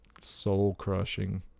soul-crushing